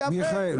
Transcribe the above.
יפה.